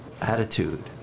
attitude